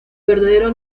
verdadero